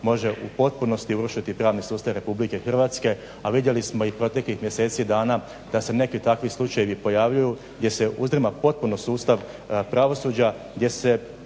može u potpunosti … pravni sustav Republike Hrvatske, a vidjeli smo i proteklih mjeseci, dana da se neki takvi slučajevi pojavljuju gdje se uzdrma potpuno sustav pravosuđa, gdje se